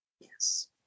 yes